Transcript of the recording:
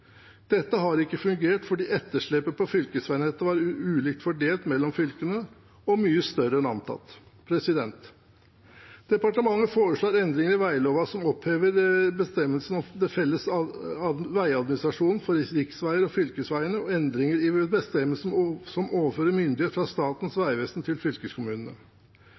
Dette har ikke fungert fordi etterslepet på fylkesveinettet var ulikt fordelt mellom fylkene og mye større enn antatt. Departementet foreslår endringer i veglova som opphever bestemmelsene om felles veiadministrasjonen for riksveiene og fylkesveiene og endringer i bestemmelser som overfører myndighet fra Statens vegvesen til fylkeskommunene.